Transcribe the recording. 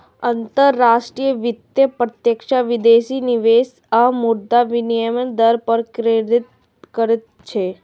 अंतरराष्ट्रीय वित्त प्रत्यक्ष विदेशी निवेश आ मुद्रा विनिमय दर पर केंद्रित रहै छै